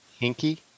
hinky